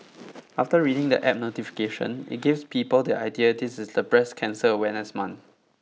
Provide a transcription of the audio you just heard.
after reading the app notification it gives people the idea this is the breast cancer awareness month